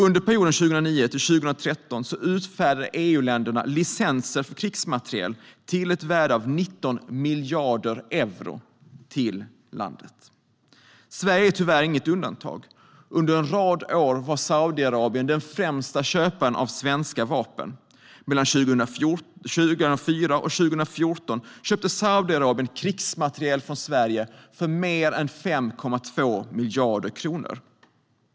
Under perioden 2009-2013 utfärdade EU-länderna licenser för krigsmateriel till ett värde av 19 miljarder euro till landet. Sverige är tyvärr inget undantag. Under en rad år var Saudiarabien den främsta köparen av svenska vapen. Mellan 2004 och 2014 köpte Saudiarabien krigsmateriel från Sverige för mer än 5,2 miljarder kronor.